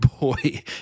boy